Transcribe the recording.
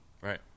Right